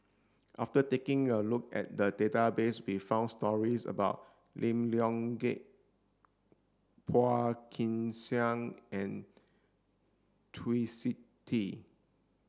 after taking a look at the database we found stories about Lim Leong Geok Phua Kin Siang and Twisstii